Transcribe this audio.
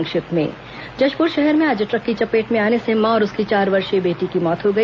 संक्षिप्त समाचार जशपुर शहर में आज ट्रक की चपेट में आने से मां और उसके चार वर्षीय बेटी की मौत हो गई